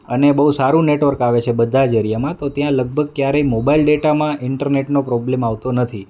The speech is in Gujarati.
અને બહું સારું નેટવર્ક આવે છે બધા જ એરિયામાં તો ત્યાં લગભગ ક્યારેય મોબાઈલ ડેટામાં ઈન્ટરનેટનો પ્રોબ્લમ આવતો નથી